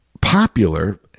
popular